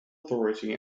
authority